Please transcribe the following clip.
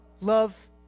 Love